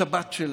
השבת שלהם,